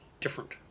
different